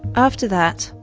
after that,